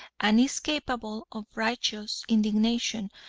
and is capable of righteous indignation,